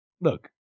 Look